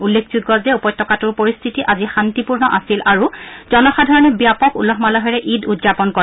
উল্লেখযোগ্য যে উপত্যকাটোৰ পৰিশ্বিতি আজি শান্তিপূৰ্ণ আছিল আৰু জনসাধাৰণে ব্যাপক উলহ মালহেৰে ঈদ উদযাপন কৰে